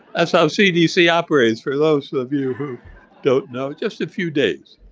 that's how cdc operates, for those of you who don't know, just a few days